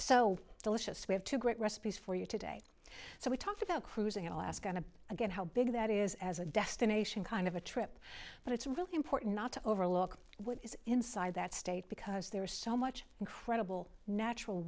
so delicious we have two great recipes for you today so we talked about cruising in alaska and again how big that is as a destination kind of a trip but it's really important not to overlook what is inside that state because there is so much incredible natural